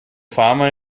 fama